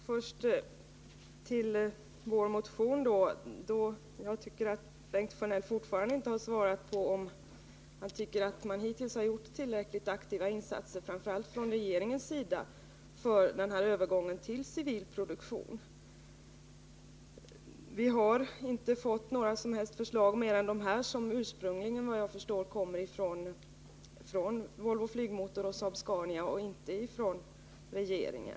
Herr talman! När det först gäller vår motion så har Bengt Sjönell fortfarande inte svarat på frågan om han tycker att man hittills har gjort tillräckliga insatser, framför allt från regeringens sida, för övergången till civil produktion. Vi har inte sett till några som helst förslag, utöver dem som, vad jag förstår, ursprungligen kommer från Volvo Flygmotor och Saab Scania, och inte från regeringen.